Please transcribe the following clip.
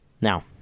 Now